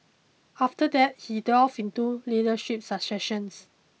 after that he delved into leadership succession